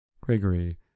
Gregory